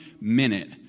minute